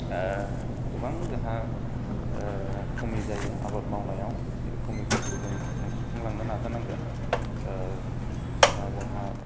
गोबां जाहा खमि जायो आबाद मावनायाव बे खमिफोरखौ जों सुफुं लांनो नाजा नांगोन दा जोंहा